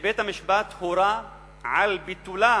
שבית-המשפט הורה על ביטולה,